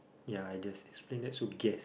yeah I just explain that's so guess